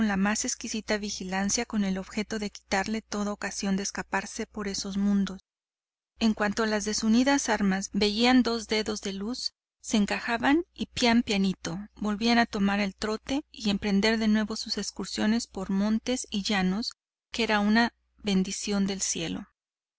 la más exquisita vigilancia con el objeto de quitarle toda ocasión de escarparse por esos mundos en cuanto a las desunidas armas veían dos dedos de luz se encajaban y piano pianito volvían a tomar el trote y a emprender de nuevo sus excursiones por montes y llanos que era una bendición del cielo